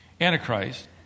Antichrist